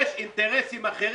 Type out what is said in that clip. יש אינטרסים אחרים.